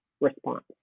response